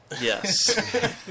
Yes